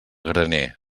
graner